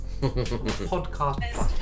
Podcast